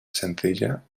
sencilla